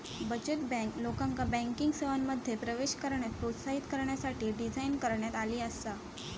बचत बँक, लोकांका बँकिंग सेवांमध्ये प्रवेश करण्यास प्रोत्साहित करण्यासाठी डिझाइन करण्यात आली आसा